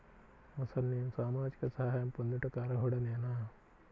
అసలు నేను సామాజిక సహాయం పొందుటకు అర్హుడనేన?